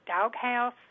doghouse